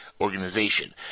organization